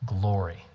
glory